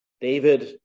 David